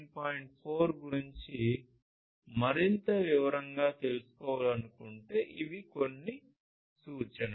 4 గురించి మరింత వివరంగా తెలుసుకోవాలనుకుంటే ఇవి కొన్ని సూచనలు